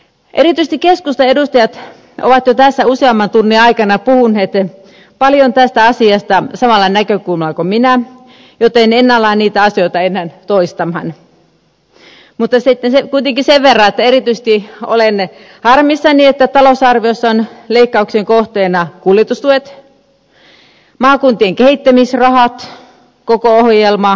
erityisesti keskustan edustajat ovat jo tässä useamman tunnin aikana puhuneet paljon tästä asiasta samalla näkökulmalla kuin minä joten en ala niitä asioita enää toistamaan mutta kuitenkin sen verran että erityisesti olen harmissani että talousarviossa on leikkauksien kohteena kuljetustuet maakuntien kehittämisrahat koko ohjelma ja niin edelleen